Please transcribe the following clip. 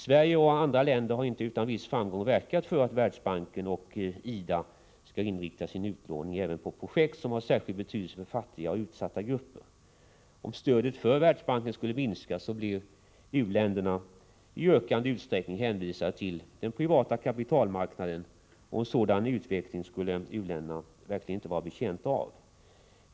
Sverige och andra länder har inte utan viss framgång verkat för att Världsbanken och IDA skall inrikta sin utlåning även på projekt som har särskild betydelse för fattiga och utsatta grupper. Om stödet för Världsbanken skulle minska, blir u-länderna i ökande utsträckning hänvisade till den privata kapitalmarknaden, och en sådan utveckling skulle u-länderna verkligen inte vara betjänta av.